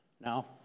Now